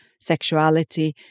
sexuality